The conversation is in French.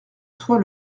soit